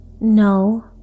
No